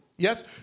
Yes